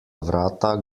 vrata